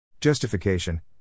Justification